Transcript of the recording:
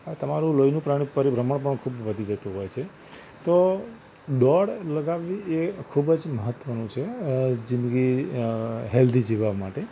આ તમારું લોહીનું પપ પરિભ્રમણ પણ ખૂબ વધી જતું હોય છે તો દોડ લગાવવી એ ખૂબ જ મહત્ત્વનું છે જિંદગી હૅલ્ધી જીવવા માટે